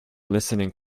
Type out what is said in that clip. listening